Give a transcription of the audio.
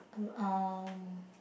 uh um